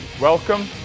Welcome